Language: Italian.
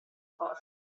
cose